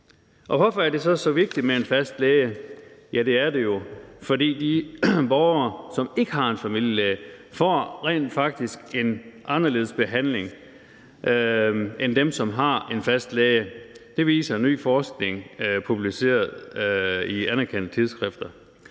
Hvorfor er det så så vigtigt med en fast læge? Ja, det er det jo, fordi de borgere, som ikke har en familielæge, rent faktisk får en anderledes behandling end dem, som har en fast læge. Det viser ny forskning publiceret i anerkendte tidsskrifter.